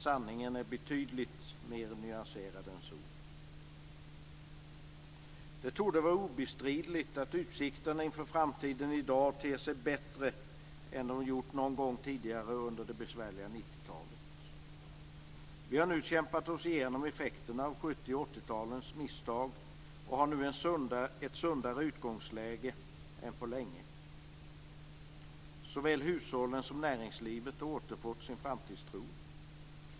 Sanningen är betydligt mer nyanserad än så. Det torde vara obestridligt att utsikterna inför framtiden i dag ter sig bättre än de gjort någon gång tidigare under det besvärliga 90-talet. Vi har kämpat oss igenom effekterna av 70 och 80-talens misstag och har nu ett sundare utgångsläge än på länge. Såväl hushållen som näringslivet har återfått sin framtidstro.